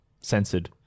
censored